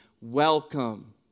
Welcome